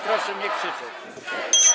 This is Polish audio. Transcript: Proszę nie krzyczeć.